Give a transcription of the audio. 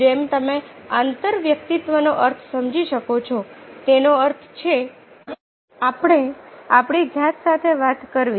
જેમ તમે અંતર વ્યક્તિત્વનો અર્થ સમજી શકો છો તેનો અર્થ છે આપણે આપણી જાત સાથે વાત કરવી